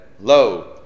Lo